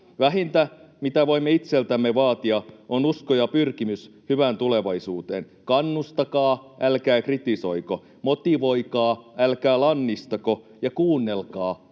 Vähintä, mitä voimme itseltämme vaatia, on usko ja pyrkimys hyvään tulevaisuuteen. Kannustakaa, älkää kritisoiko, motivoikaa, älkää lannistako, ja kuunnelkaa,